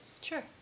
Sure